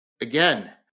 again